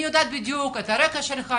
אני יודעת בדיוק את הרקע שלך,